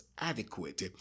adequate